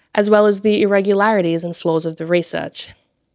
as well as the irregularities and flaws of the research.